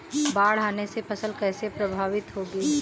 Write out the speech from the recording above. बाढ़ आने से फसल कैसे प्रभावित होगी?